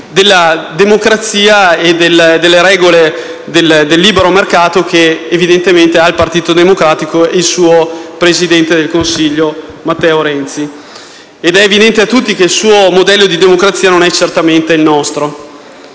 della democrazia e delle regole del libero mercato che evidentemente hanno il Partito Democratico e il suo presidente del Consiglio, Matteo Renzi, ed è evidente a tutti che il suo modello di democrazia non è certamente il nostro: